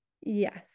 yes